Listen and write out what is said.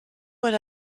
what